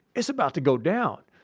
it's about to go down.